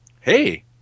Hey